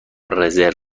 رزرو